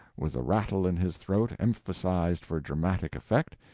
with the rattle in his throat emphasised for dramatic effect,